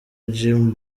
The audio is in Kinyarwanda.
jim